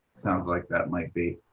sounds like that might be